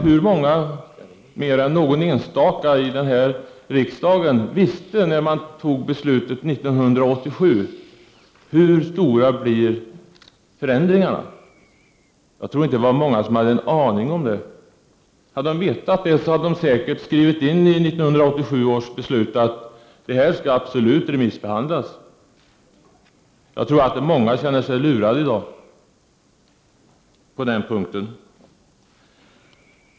Hur många, mer än några enstaka, i den här riksdagen visste när man tog beslutet 1987 hur stora förändringarna skulle bli? Jag tror inte det var många som hade en aning om det, och hade de vetat så hade de säkert skrivit in i 1987 års beslut att detta absolut måste remissbehandlas. Jag tror att många i dag känner sig lurade på den punkten.